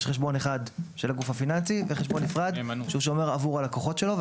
יש חשבון אחד של הגוף הפיננסי וחשבון נפרד שהוא שומר עבור הלקוחות שלו.